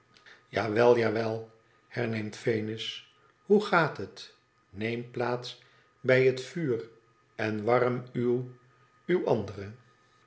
ja wel herneemt venus t hoe gaat het neem plaats bij het tot en warm uw uw andere